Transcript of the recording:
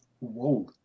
Whoa